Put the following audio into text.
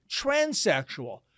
transsexual